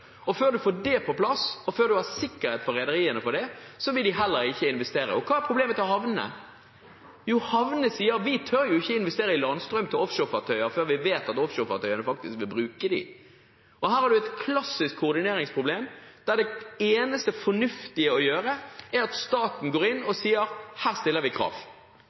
Før en får det på plass, og før en har sikkerhet fra rederiene for det, vil de heller ikke investere. Og hva er problemet til havnene? Jo, havnene sier: Vi tør ikke investere i landstrøm til offshorefartøyer før vi vet at offshorefartøyene faktisk vil bruke dem. Her har en et klassisk koordineringsproblem, der det eneste fornuftige å gjøre er at staten går inn og sier: Her stiller vi krav.